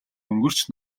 өнгөрч